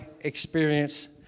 experience